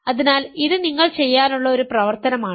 അതിനാൽ ഇത് നിങ്ങൾ ചെയ്യാനുള്ള ഒരു പ്രവർത്തനമാണ്